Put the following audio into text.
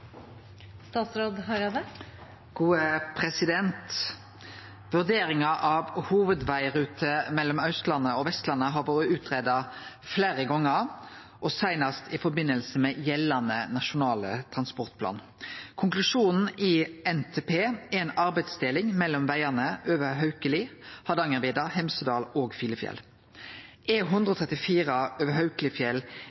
Vurderinga av hovudvegrute mellom Austlandet og Vestlandet har vore greidd ut fleire gonger, seinast i forbindelse med gjeldande Nasjonal transportplan. Konklusjonen i NTP er ei arbeidsdeling mellom vegane over Haukeli, Hardangervidda, Hemsedal og Filefjell. E134 over Haukelifjell er